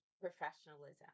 professionalism